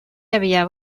havia